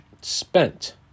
spent